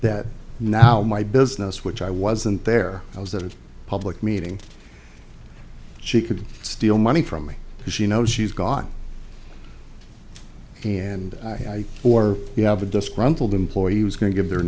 that now my business which i wasn't there i was a public meeting she could steal money from me she knows she's gone and i or you have a disgruntled employee who's going to give their